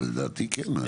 לדעתי כן.